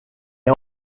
est